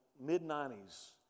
mid-90s